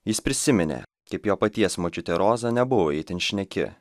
jis prisiminė kaip jo paties močiutė roza nebuvo itin šneki